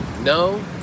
no